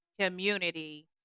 community